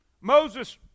Moses